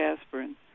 aspirin